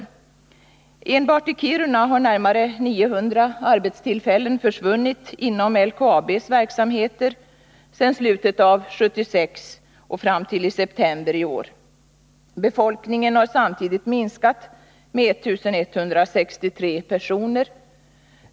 Enbart i Kiruna har närmare 900 arbetstillfällen försvunnit inom LKAB:s verksamhet där från slutet av 1976 till i september i år. Befolkningen har samtidigt minskat med 1163 personer.